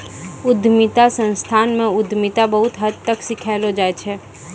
उद्यमिता संस्थान म उद्यमिता बहुत हद तक सिखैलो जाय छै